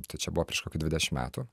tai čia buvo prieš kokį dvidešimt metų